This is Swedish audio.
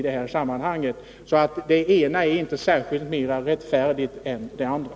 Det ena är alltså inte särskilt mer rättfärdigt än det andra.